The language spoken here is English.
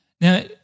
Now